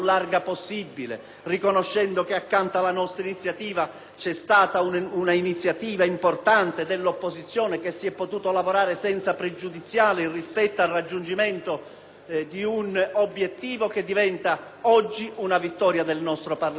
c'è stata quella importante dell'opposizione e che si è potuto lavorare senza pregiudiziali rispetto al raggiungimento di un obiettivo che diventa oggi una vittoria del nostro Parlamento, una vittoria dello Stato contro la criminalità organizzata.